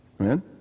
Amen